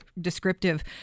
descriptive